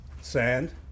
sand